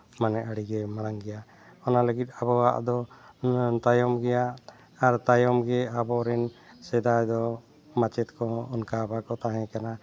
ᱢᱟᱱᱮ ᱟᱹᱰᱤᱜᱮ ᱢᱟᱨᱟᱝ ᱜᱮᱭᱟ ᱚᱱᱟ ᱞᱟᱹᱜᱤᱫ ᱟᱵᱚᱣᱟᱜ ᱫᱚ ᱛᱟᱭᱚᱢ ᱜᱮᱭᱟ ᱟᱨ ᱛᱟᱭᱚᱢ ᱜᱮᱭᱟ ᱟᱵᱚᱨᱮᱱ ᱥᱮᱫᱟᱭ ᱫᱚ ᱢᱟᱪᱮᱫ ᱠᱚᱦᱚᱸ ᱚᱱᱠᱟ ᱵᱟᱠᱚ ᱛᱟᱦᱮᱸ ᱠᱟᱱᱟ